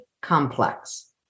complex